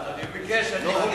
הוא הצביע בעד.